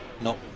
No